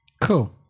Cool